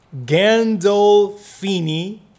Gandolfini